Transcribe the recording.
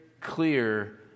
clear